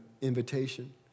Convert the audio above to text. invitation